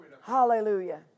Hallelujah